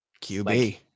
QB